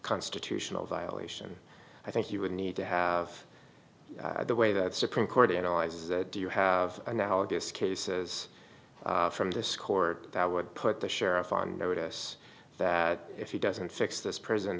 constitutional violation i think you would need to have the way that supreme court at all is that do you have analogous cases from the score that would put the sheriff on notice that if he doesn't fix this prison